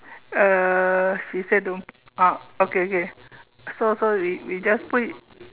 uh she say don't put oh okay okay so so we we just put it